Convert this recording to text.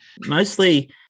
Mostly